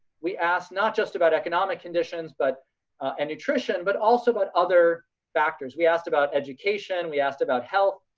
we ask not just about economic conditions but and nutrition but also about other factors. we asked about education. we asked about health,